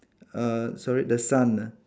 uh sorry the sun ah